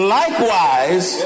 likewise